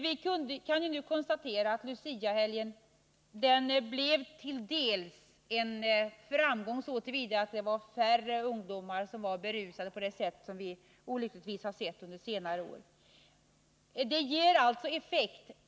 Vi kan nu konstatera att Luciahelgen till dels blev en framgång, så till vida att färre ungdomar var berusade på det sätt som vi olyckligtvis har sett under senare år.